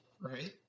Right